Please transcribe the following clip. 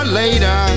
later